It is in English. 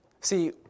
See